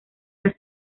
las